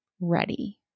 ready